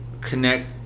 connect